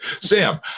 Sam